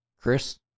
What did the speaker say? Chris